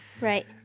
Right